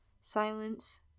Silence